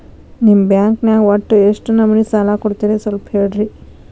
ನಿಮ್ಮ ಬ್ಯಾಂಕ್ ನ್ಯಾಗ ಒಟ್ಟ ಎಷ್ಟು ನಮೂನಿ ಸಾಲ ಕೊಡ್ತೇರಿ ಸ್ವಲ್ಪ ಹೇಳ್ರಿ